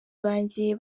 banjye